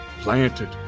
Planted